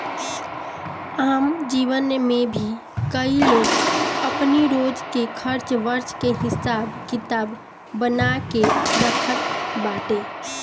आम जीवन में भी कई लोग अपनी रोज के खर्च वर्च के हिसाब किताब बना के रखत बाटे